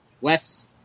Wes